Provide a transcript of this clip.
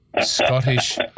Scottish